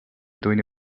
tunni